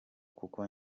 kuko